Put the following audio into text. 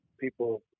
people